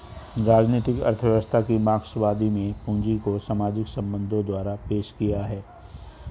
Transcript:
राजनीतिक अर्थव्यवस्था की मार्क्सवादी में पूंजी को सामाजिक संबंधों द्वारा पेश किया है